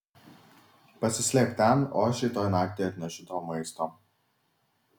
pasislėpk ten o aš rytoj naktį atnešiu tau maisto